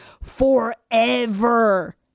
forever